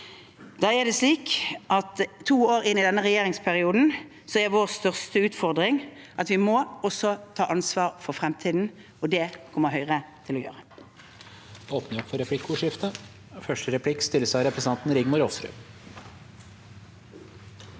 etter dem. To år inne i denne regjeringsperioden er vår største utfordring at vi også må ta ansvar for fremtiden. Det kommer Høyre til å gjøre.